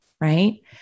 right